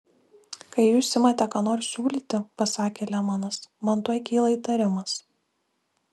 kai jūs imate ką nors siūlyti pasakė lemanas man tuoj kyla įtarimas